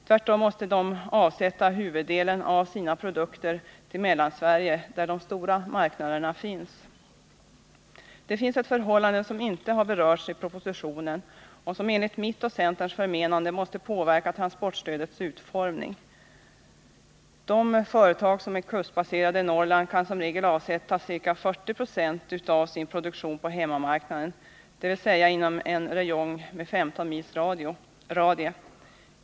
Tvärtom måste de avsätta huvuddelen av sina produkter till Mellansverige, där de stora marknaderna finns. Det finns ett förhållande, som inte har berörts i propositionen och som enligt mitt och centerns förmenande måste påverka transportstödets utformning. De kustbaserade röretagen i Norrland kan som regel avsätta ca 40 96 av sin produktion på hemmamarknaden, dvs. inom en räjong med 15 mils radie.